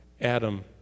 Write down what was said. Adam